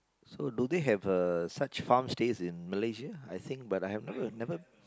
so do they have uh such farm stays in Malaysia I think but I have not never